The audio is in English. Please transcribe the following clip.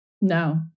No